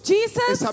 Jesus